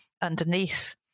underneath